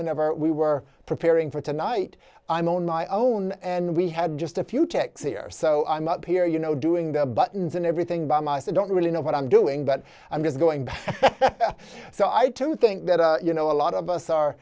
whenever we were preparing for tonight i'm on my own and we had just a few techs here so i'm up here you know doing the buttons and everything by my side don't really know what i'm doing but i'm just going so i too think that you know a lot of us are